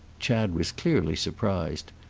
chad was clearly surprised.